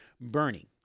Bernie